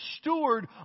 steward